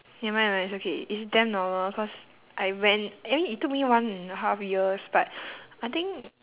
never mind ah it's okay it's damn normal cause I went I mean it took me one and a half years but I think